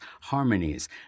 harmonies